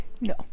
No